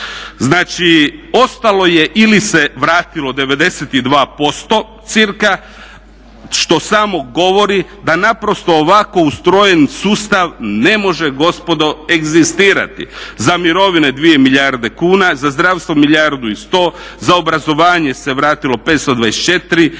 Znači ostalo je ili se vratilo 92% cca. što samo govori da naprosto ovako ustrojen sustav ne može gospodo egzistirati. Za mirovine 2 milijarde kuna, za zdravstvo milijardu i 100, za obrazovanje se vratilo 524 milijuna